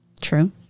True